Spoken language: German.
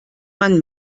man